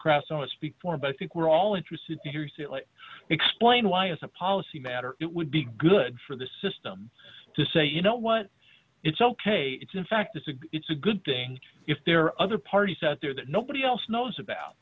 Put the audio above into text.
so speak for but i think we're all interested to hear exactly explain why it's a policy matter it would be good for the system to say you know what it's ok it's in fact it's a it's a good thing if there are other party set there that nobody else knows about